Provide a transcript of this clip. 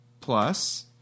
plus